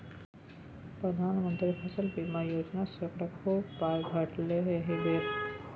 प्रधानमंत्री फसल बीमा योजनासँ ओकरा खूब पाय भेटलै एहि बेर